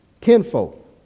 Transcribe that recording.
Kinfolk